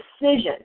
decision